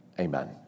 Amen